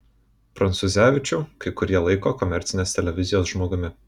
prancūzevičių kai kurie laiko komercinės televizijos žmogumi